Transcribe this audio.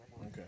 Okay